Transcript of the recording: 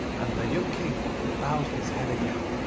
and the young king bowed his head again,